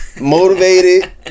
Motivated